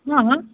हँ हँ